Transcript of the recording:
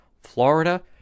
Florida